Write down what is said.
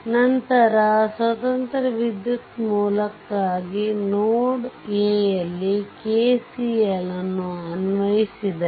ನಂತರ ಸ್ವತಂತ್ರ ವಿದ್ಯುತ್ ಮೂಲಕ್ಕಾಗಿ ನೋಡ್ a ಯಲ್ಲಿ KCL ಅನ್ನು ಅನ್ವಯಿಸಿದರೆ